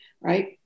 right